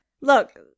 Look